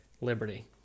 liberty